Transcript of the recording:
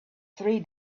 three